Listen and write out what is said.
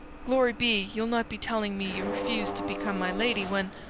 glory be, ye'll not be telling me ye refused to become my lady, when.